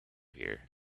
here